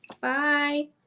Bye